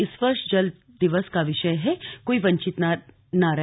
इस वर्ष जल दिवस का विषय है कोई वंचित न रहे